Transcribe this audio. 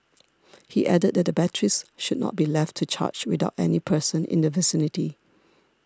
he added that the batteries should not be left to charge without any person in the vicinity